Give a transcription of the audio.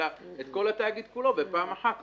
אלא להעביר את התאגיד כולו בפעם אחת,